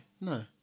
no